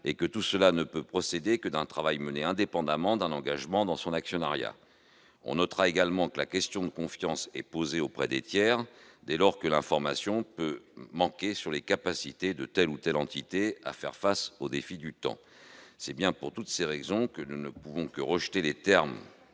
cette analyse ne peut procéder que d'un travail mené indépendamment d'un engagement dans son actionnariat. On notera également que la question de confiance est posée auprès des tiers, dès lors que l'information peut manquer sur les capacités de telle ou telle entité à faire face aux défis du temps. Pour toutes ces raisons, nous ne pouvons que rejeter les termes